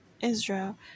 Israel